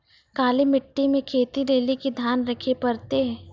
काली मिट्टी मे खेती लेली की ध्यान रखे परतै?